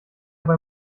bei